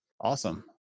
Awesome